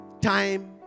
time